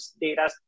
data